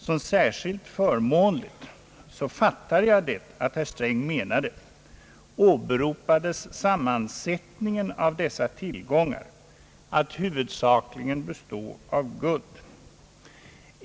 Som särskilt förmånligt — så uppfattade jag herr Strängs mening — åberopades sammansättningen av dessa tillgångar som huvudsakligen utgjordes av guld.